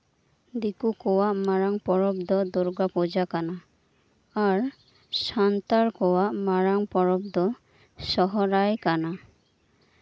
ᱫᱤᱠᱳ ᱠᱚᱣᱟᱜ ᱢᱟᱨᱟᱝ ᱯᱚᱨᱚᱵᱽ ᱫᱚ ᱫᱩᱨᱜᱟᱹ ᱯᱩᱡᱟᱹ ᱠᱟᱱᱟ ᱟᱨ ᱥᱟᱱᱛᱟᱲ ᱠᱚᱣᱟᱜ ᱢᱟᱨᱟᱝ ᱯᱚᱨᱚᱵᱽ ᱫᱚ ᱥᱚᱦᱨᱟᱭ ᱠᱟᱱᱟ